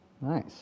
Nice